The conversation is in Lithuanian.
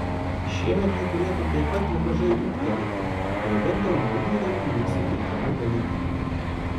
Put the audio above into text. šiemet ji turėtų taip pat nemažai ūgtelėti jau vien dėl naujų įrenginių suteikiamų galimybių